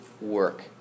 work